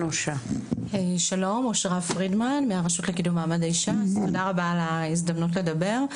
שלום, תודה רבה על ההזדמנות לדבר.